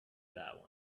that